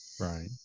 Right